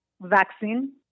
vaccine